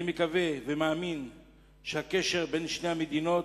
אני מקווה ומאמין שהקשר בין שתי המדינות